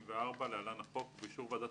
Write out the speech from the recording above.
אני מתכבד לפתוח את ישיבת ועדת